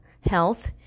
health